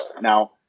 Now